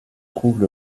trouvent